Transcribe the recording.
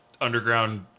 underground